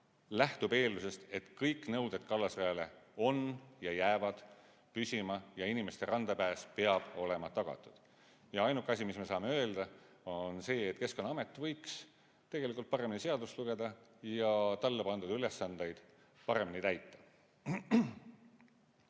lähtub eeldusest, et kõik nõuded kallasrajale jäävad püsima ja inimeste randapääs peab olema tagatud. Ainuke asi, mis me saame öelda, on see, et Keskkonnaamet võiks paremini seadust lugeda ja talle pandud ülesandeid paremini täita.